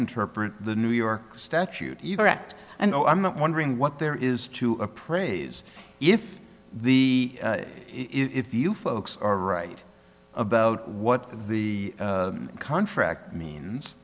interpret the new york statute either act and no i'm not wondering what there is to appraise if the if you folks are right about what the contract means